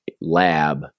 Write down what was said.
lab